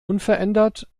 unverändert